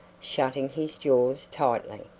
shutting his jaws tightly.